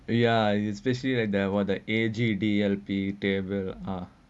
ya especially when I was like the angle table ah